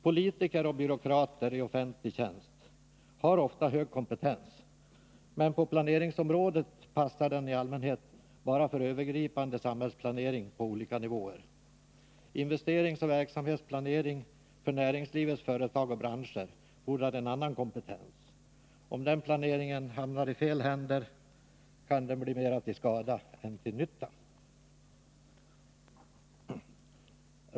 Politiker och byråkrater i offentlig tjänst har ofta hög kompetens, men på planeringsområdet passar den i allmänhet bara för övergripande samhällsplanering på olika nivåer. Investeringsoch verksamhetsplanering för näringslivets företag och branscher fordrar en annan kompetens. Om den planeringen hamnar i fel händer, kan den bli mera till skada än till nytta.